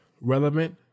relevant